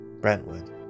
Brentwood